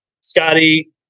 Scotty